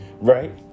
right